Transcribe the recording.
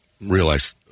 realize